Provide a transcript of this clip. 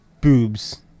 boobs